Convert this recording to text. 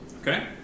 Okay